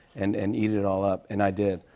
and and eat it all up. and i did.